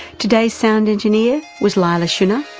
today's sound engineer was leila shunnar,